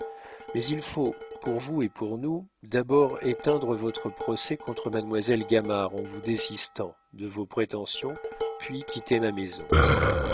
mais il faut pour vous et pour nous d'abord éteindre votre procès contre mademoiselle gamard en vous désistant de vos prétentions puis quitter ma maison